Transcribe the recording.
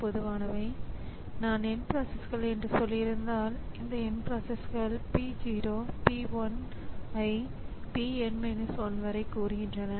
பொதுவான பயன்பாட்டிற்காக இருக்கும் நவீன கணினி அமைப்பு ஒன்று அல்லது அதற்கு மேற்பட்ட ஸிபியுக்கள் மற்றும் பாெதுவான பஸ் மூலம் இணைக்கப்பட்ட பல எண்ணிக்கையிலான டிவைஸ் கண்ட்ரோலர்களை கொண்டு ஷேர்ட் மெமரி அணுகலை வழங்கும்